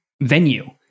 venue